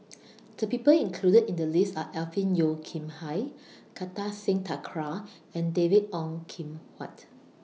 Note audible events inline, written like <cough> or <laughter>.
<noise> The People included in The list Are Alvin Yeo Khirn Hai Kartar Singh Thakral and David Ong Kim Huat